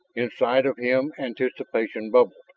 inside of him anticipation bubbled.